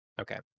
Okay